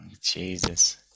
Jesus